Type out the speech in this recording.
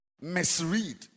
misread